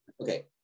Okay